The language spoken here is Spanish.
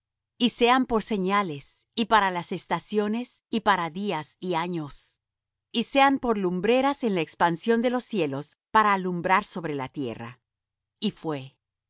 y sean por señales y para las estaciones y para días y años y sean por lumbreras en la expansión de los cielos para alumbrar sobre la tierra y fue